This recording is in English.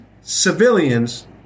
civilians